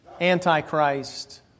antichrist